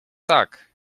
tak